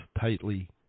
tightly